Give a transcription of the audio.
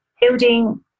building